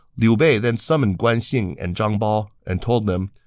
liu bei then summoned guan xing and zhang bao and told them,